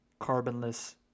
carbonless